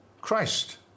Christ